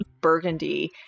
burgundy